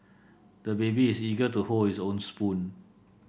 the baby is eager to hold his own spoon